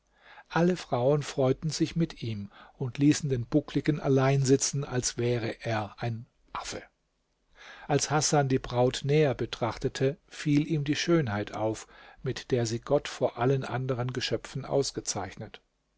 alle frauen freuten sich mit ihm und ließen den buckligen allein sitzen als wäre er ein affe als hasan die braut näher betrachtete fiel ihm die schönheit auf mit der sie gott vor allen anderen geschöpfen ausgezeichnet